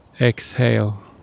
exhale